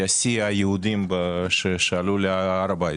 היה שיא של יהודים שעלו להר הבית.